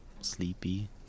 sleepy